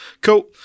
cool